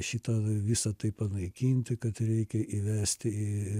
šį tą visa tai panaikinti kad reikia įvesti